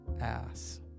ass